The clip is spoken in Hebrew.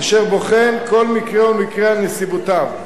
אשר בוחן כל מקרה ומקרה על נסיבותיו,